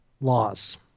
laws